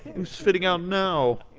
who's fitting out now?